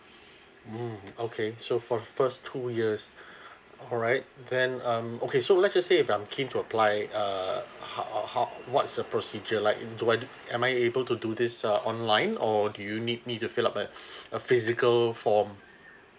hmm okay so for the first two years alright then um okay so let's just say if I'm keen to apply uh how how what's the procedure like in do I am I able to do this uh online or do you need me to fill up a a physical form